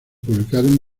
publicaron